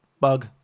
bug